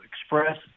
express